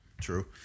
True